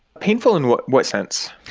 painful in what what sense?